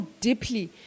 deeply